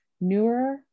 Newer